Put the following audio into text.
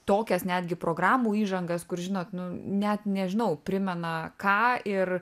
tokias netgi programų įžangas kur žinot nu net nežinau primena ką ir